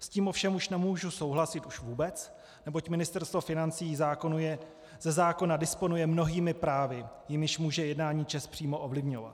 S tím ovšem už nemůžu souhlasit vůbec, neboť Ministerstvo financí ze zákona disponuje mnohými právy, jimiž může jednání ČEZ přímo ovlivňovat.